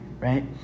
right